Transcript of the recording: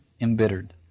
embittered